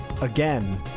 again